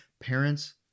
Parents